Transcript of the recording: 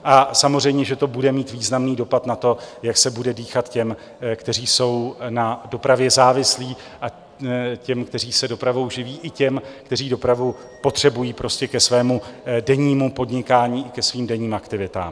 A samozřejmě že to bude mít významný dopad na to, jak se bude dýchat těm, kteří jsou na dopravě závislí, a těm, kteří se dopravou živí, i těm, kteří dopravu potřebují ke svému dennímu podnikání i ke svým denním aktivitám.